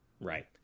right